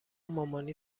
مامانی